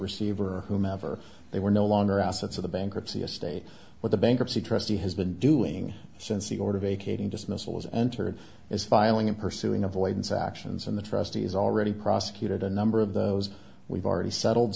receiver whomever they were no longer assets of the bankruptcy a state where the bankruptcy trustee has been doing since the order vacating just missiles entered is filing in pursuing avoidance actions in the trustee is already prosecuted a number of those we've already settled